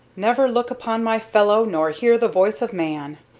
never look upon my fellows nor hear the voice of man.